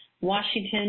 Washington